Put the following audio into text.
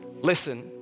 Listen